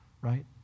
right